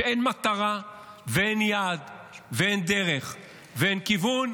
כשאין מטרה ואין יעד ואין דרך ואין כיוון,